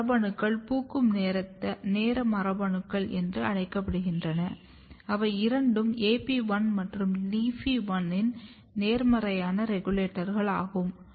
இந்த மரபணுக்கள் பூக்கும் நேர மரபணுக்கள் என்று அழைக்கப்படுகின்றன இவை இரண்டும் AP1 மற்றும் LEAFY1 இன் நேர்மறையான ரெகுலேட்டர் ஆகும்